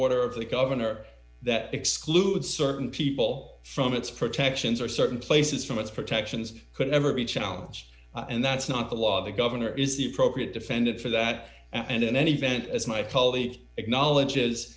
order of the governor that exclude certain people from its protections or certain places from its protections could never be challenged and that's not the law the governor is the appropriate defendant for that and in any event as my colleague acknowledge